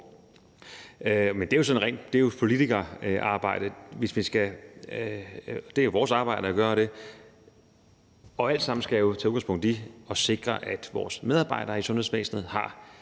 Men det er jo politikerarbejde, og det er vores arbejde at gøre det, og alt sammen skal tage udgangspunkt i at sikre, at vores medarbejdere i sundhedsvæsenet har